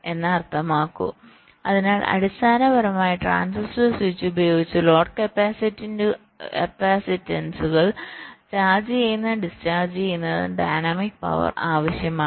എന്ന് അർത്ഥമാക്കു അതിനാൽ അടിസ്ഥാനപരമായി ട്രാൻസിസ്റ്റർ സ്വിച്ച് ഉപയോഗിച്ച് ലോഡ് കപ്പാസിറ്റൻസുകൾ ചാർജ് ചെയ്യുന്നതിനും ഡിസ്ചാർജ് ചെയ്യുന്നതിനും ഡൈനാമിക് പവർ ആവശ്യമാണ്